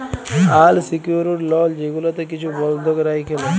আল secured লল যেগুলাতে কিছু বল্ধক রাইখে লেই